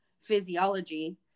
physiology